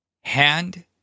Hand